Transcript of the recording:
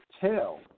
tell